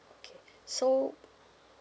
okay so